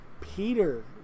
Peter